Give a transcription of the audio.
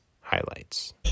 highlights